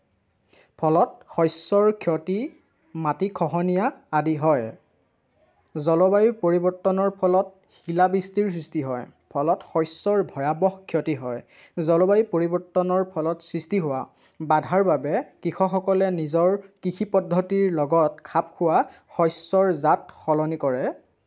ফলত শস্য়ৰ ক্ষতি মাটি খহনীয়া আদি হয় জলবায়ু পৰিৱৰ্তনৰ ফলত শিলাবৃষ্টিৰ সৃষ্টি হয় ফলত শস্য়ৰ ভয়াবহ ক্ষতি হয় জলবায়ু পৰিৱৰ্তনৰ ফলত সৃষ্টি হোৱা বাধাৰ বাবে কৃষকসকলে নিজৰ কৃষি পদ্ধতিৰ লগত খাপ খোৱা শস্য়ৰ জাত সলনি কৰে